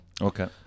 Okay